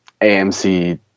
AMC